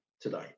today